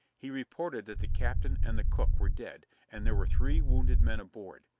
he reported that the captain and the cook were dead and there were three wounded men aboard.